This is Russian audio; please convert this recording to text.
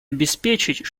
обеспечить